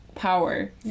power